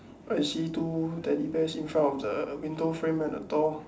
I see two teddy bears in front of the window frame at the door